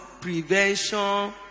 prevention